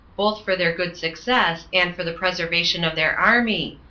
both for their good success, and for the preservation of their army,